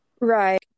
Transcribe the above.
right